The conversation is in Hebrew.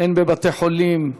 בבתי-חולים,